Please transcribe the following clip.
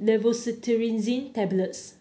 Levocetirizine Tablets